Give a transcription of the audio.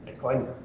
bitcoin